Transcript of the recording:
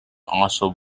also